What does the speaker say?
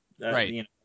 Right